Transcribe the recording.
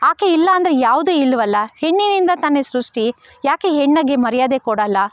ಆಕೆ ಇಲ್ಲಾಂದ್ರೆ ಯಾವುದೂ ಇಲ್ವಲ್ಲ ಹೆಣ್ಣಿನಿಂದ ತಾನೇ ಸೃಷ್ಟಿ ಯಾಕೆ ಹೆಣ್ಣಿಗೆ ಮರ್ಯಾದೆ ಕೊಡೋಲ್ಲ